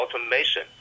automation